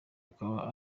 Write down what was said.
akaba